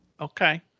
Okay